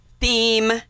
theme